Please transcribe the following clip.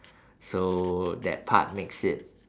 so that part makes it